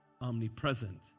Omnipresent